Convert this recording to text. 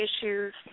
issues